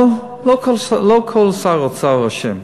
אבל לא בכול שר האוצר אשם.